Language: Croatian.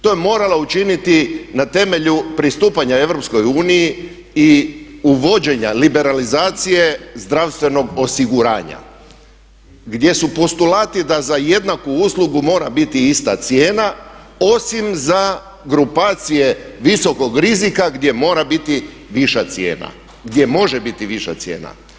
To je morala učiniti na temelju pristupanja EU i uvođenja liberalizacije zdravstvenog osiguranja gdje su postulati da za jednaku uslugu mora biti ista cijena osim za grupacije visokog rizika gdje mora biti viša cijena, gdje može biti viša cijena.